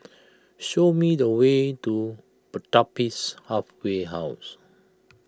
show me the way to Pertapis Halfway House